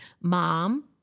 Mom